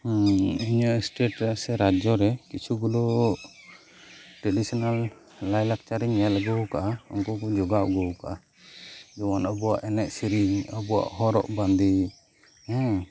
ᱦᱮᱸ ᱤᱧᱟᱹᱜ ᱥᱴᱮᱴ ᱨᱮ ᱥᱮ ᱨᱟᱡᱽᱡᱚ ᱨᱮ ᱠᱤᱪᱷᱩᱜᱩᱞᱳ ᱴᱨᱮᱰᱤᱥᱚᱱᱟᱞ ᱞᱟᱭ ᱞᱟᱠᱪᱟᱨᱤᱧ ᱧᱮᱞ ᱟᱹᱜᱩ ᱟᱠᱟᱫᱟ ᱩᱱᱠᱩᱠᱩ ᱡᱚᱜᱟᱣ ᱟᱹᱜᱩ ᱟᱠᱟᱫᱟ ᱡᱮᱢᱚᱱ ᱟᱵᱚᱣᱟᱜ ᱮᱱᱮᱡ ᱥᱮᱹᱨᱮᱹᱧ ᱟᱵᱚᱣᱟᱜ ᱦᱚᱨᱚᱜ ᱵᱟᱸᱫᱮ ᱦᱮᱸ